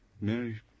Mary